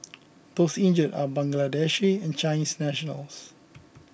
those injured are Bangladeshi and Chinese nationals